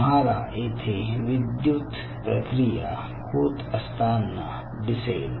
तुम्हाला येथे विद्युत प्रक्रिया होत असताना दिसेल